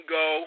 go